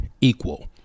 equal